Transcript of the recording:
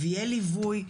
והיה ליווי,